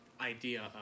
idea